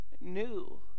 new